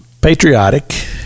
patriotic